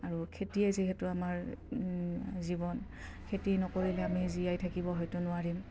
আৰু খেতিয়েই যিহেতু আমাৰ জীৱন খেতি নকৰিলে আমি জীয়াই থাকিব হয়তো নোৱাৰিম